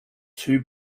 two